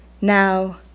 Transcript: now